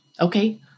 Okay